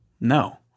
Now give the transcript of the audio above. No